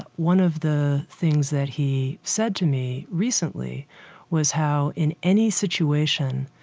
one of the things that he said to me recently was how, in any situation,